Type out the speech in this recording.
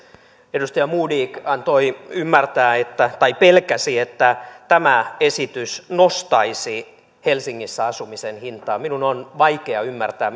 edustaja modig antoi ymmärtää tai pelkäsi että tämä esitys nostaisi helsingissä asumisen hintaa minun on vaikea ymmärtää